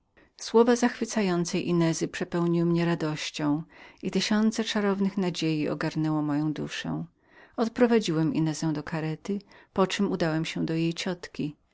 ta zachwycającej inezy przepełniła mnie radością i tysiące czarownych nadziei ogarnęło mająmoją duszę odprowadziłem inezę do karety poczem udałem się do jej ciotki